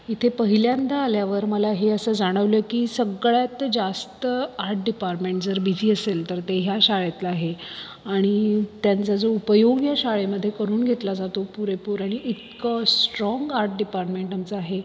इथे पहिल्यांदा आल्यावर मला हे असं जाणवलं की सगळ्यात जास्त आर्ट डिपार्टमेंट जर बिझी असेल तर ते ह्या शाळेतलं आहे आणि त्यांचा जो उपयोग या शाळेमध्ये करून घेतला जातो पुरेपूर आणि इतकं स्ट्रॉन्ग आर्ट डिपार्टमेंट आमचं आहे